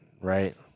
right